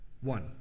One